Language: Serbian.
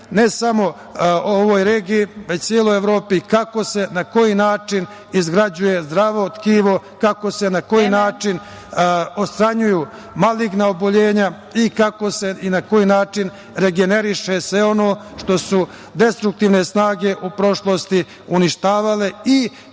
ne samo ovoj regiji, već celoj Evropi, kako se i na koji način izgrađuje zdravo tkivo, kako se i na koji način odstranjuju maligna oboljenja i kako se i na koji način regeneriše sve ono što su destruktivne snage u prošlosti uništavale i kako